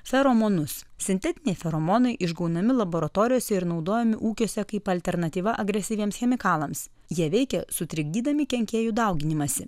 feromonus sintetiniai feromonai išgaunami laboratorijose ir naudojami ūkiuose kaip alternatyva agresyviems chemikalams jie veikia sutrikdydami kenkėjų dauginimąsi